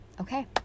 Okay